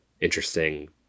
interesting